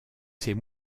c’est